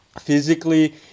Physically